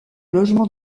logement